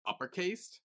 uppercased